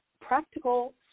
practical